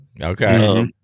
Okay